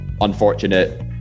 unfortunate